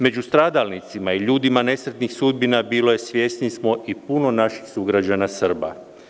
Među stradalnicima i ljudima nesretnih sudbina bilo je, svijesni smo, i puno naših sugrađana Srba.